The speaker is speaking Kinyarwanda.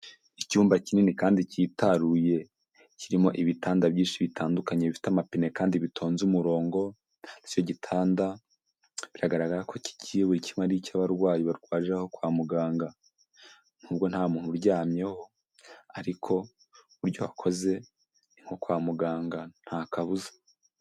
Icyumba kinini kandi cyitaruye kirimo ibitanda byinshi bitandukanye bifite amapine kandi bitonze umurongo, icyo gitanda biragaragara ko kimwe ari icy'abarwayi barwaje kwa muganga nubwo nta muntu uryamyeho ariko uburyo hakoze ni nko kwa muganga nta kabuza.